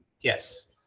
Yes